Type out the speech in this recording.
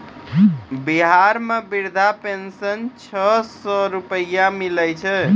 बिहार मे वृद्धा पेंशन छः सै रुपिया मिलै छै